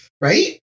Right